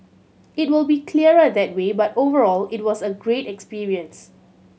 it will be clearer that way but overall it was a great experience